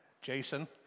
Jason